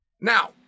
Now